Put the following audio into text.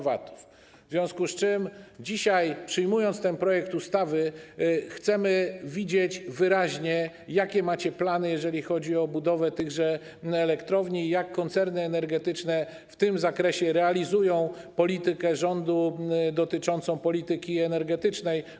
W związku z tym dzisiaj, przyjmując ten projekt ustawy, chcemy widzieć wyraźnie, jakie macie plany, jeżeli chodzi o budowę tych elektrowni, i jak koncerny energetyczne w tym zakresie realizują politykę rządu dotyczącą polityki energetycznej.